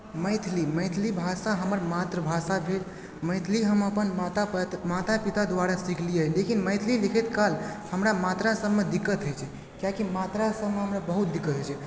मैथिली मैथिली भाषा हमर मातृभाषा भेल मैथिली हम अपन माता पता माता पिता दुआरा सिखलियै लेकिन मैथिली लिखैत काल हमरा मात्रा सभमे दिक्कत होइ छै किएक कि मात्रा सभमे हमरा बहुत दिक्कत होइ छै